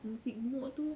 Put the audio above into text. it